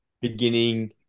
beginning